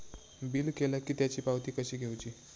Bill केला की त्याची पावती कशी घेऊची?